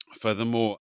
Furthermore